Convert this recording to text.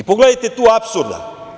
Pogledajte tu apsurda.